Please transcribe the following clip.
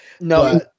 No